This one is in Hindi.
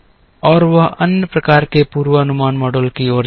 और वह अन्य प्रकार के पूर्वानुमान मॉडल की ओर जाता है